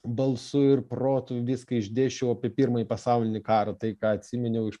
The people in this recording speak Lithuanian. balsu ir protu viską išdėsčiau apie pirmąjį pasaulinį karą tai ką atsiminiau iš